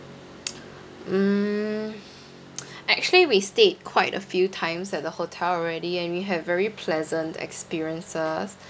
mm actually we stayed quite a few times at the hotel already and we have very pleasant experiences